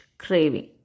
Craving